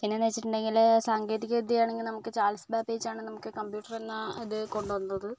എങ്ങനെയാണെന്ന് വെച്ചിട്ടുണ്ടെങ്കിൽ സാങ്കേതികവിദ്യയാണെങ്കിൽ നമുക്ക് ചാൾസ് ബബേജാണ് നമുക്ക് കമ്പ്യൂട്ടറെന്ന ഇത് കൊണ്ട് വന്നത്